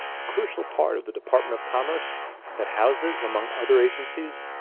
a crucial part of the department of commerce that houses among other agencies,